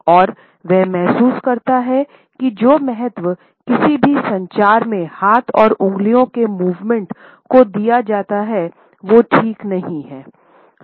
और वह महसूस करता है कि जो महत्व किसी भी संचार में हाथ और उंगलियों के मूवमेंट को दिया जाता है वो ठीक नहीं है